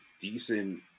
decent